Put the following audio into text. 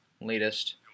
latest